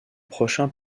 prochain